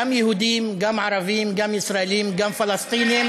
גם יהודים, גם ערבים, גם ישראלים, גם פלסטינים.